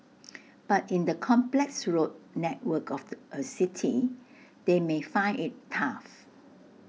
but in the complex road network of the A city they may find IT tough